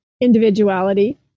individuality